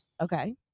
okay